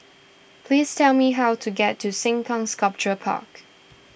please tell me how to get to Sengkang Sculpture Park